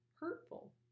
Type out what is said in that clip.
hurtful